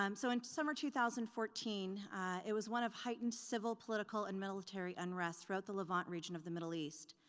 um so, in summer two thousand and fourteen it was one of heightened civil, political, and military unrest throughout the levant region of the middle east.